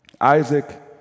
Isaac